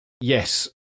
yes